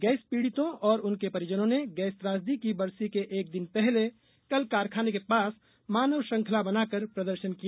gas पीड़ितों और उनके परिजनों ने गैस त्रासदी की बरसी के एक दिन पहले कल कारखाने के पास मानव श्रृंखला बनाकर प्रदर्शन किया